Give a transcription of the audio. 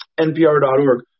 NPR.org